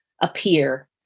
appear